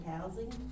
housing